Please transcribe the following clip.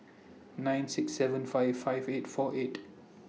nine six seven five five eight four eight